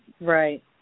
Right